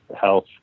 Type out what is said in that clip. health